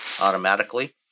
automatically